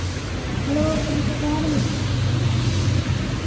hello ᱜᱚᱢᱠᱮ ᱡᱚᱦᱟᱨᱜᱮ